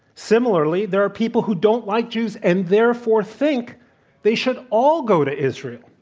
similarly, there are people who don't like jews and therefore think they should all go to israel.